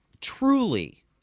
truly